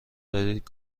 دارید